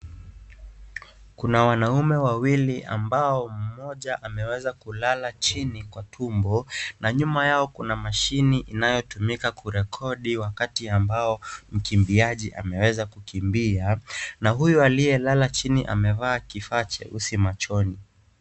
Kuna wanaume wawili ambao mmoja ameweza kulala chini Kwa tumbo na nyuma Kuna mashini inayo tumika kurekodi wakati ambao mkimbiaji ameweza kukimbia na huyo aliye lala chini amevaa kifaa cheusi machoni.